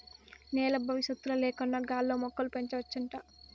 నేల బవిసత్తుల లేకన్నా గాల్లో మొక్కలు పెంచవచ్చంట